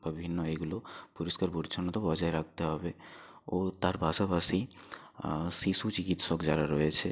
বা বিভিন্ন এগুলো পরিষ্কার পরিচ্ছন্নতা বজায় রাখতে হবে ও তার পাশাপাশি শিশু চিকিৎসক যারা রয়েছে